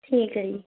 ਠੀਕ ਹੈ ਜੀ